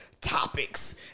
topics